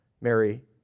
Mary